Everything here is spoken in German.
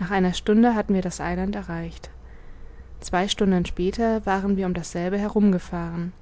nach einer stunde hatten wir das eiland erreicht zwei stunden später waren wir um dasselbe herum gefahren